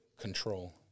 Control